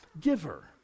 giver